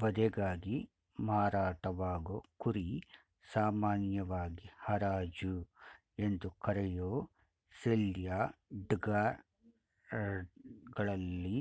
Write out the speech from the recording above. ವಧೆಗಾಗಿ ಮಾರಾಟವಾಗೋ ಕುರಿ ಸಾಮಾನ್ಯವಾಗಿ ಹರಾಜು ಎಂದು ಕರೆಯೋ ಸೇಲ್ಯಾರ್ಡ್ಗಳಲ್ಲಿ